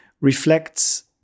reflects